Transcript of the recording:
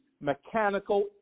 Mechanical